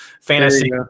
fantasy